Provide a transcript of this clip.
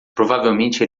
provavelmente